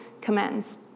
commends